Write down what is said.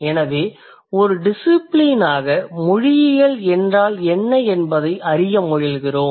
எனவே ஒரு டிசிபிலினாக மொழியியல் என்றால் என்ன என்பதை அறிய முயல்கிறோம்